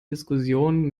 diskussionen